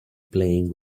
playing